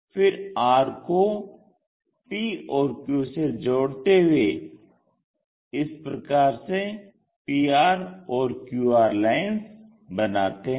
फिर r को p और q से जोड़ते हुए इस प्रकार से pr और qr लाइन्स बनाते हैं